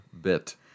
bit